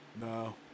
No